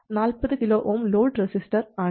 40 kΩ load resistor ആണ്